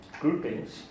groupings